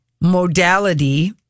modality